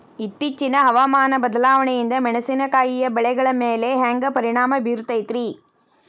ಇತ್ತೇಚಿನ ಹವಾಮಾನ ಬದಲಾವಣೆಯಿಂದ ಮೆಣಸಿನಕಾಯಿಯ ಬೆಳೆಗಳ ಮ್ಯಾಲೆ ಹ್ಯಾಂಗ ಪರಿಣಾಮ ಬೇರುತ್ತೈತರೇ?